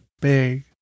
big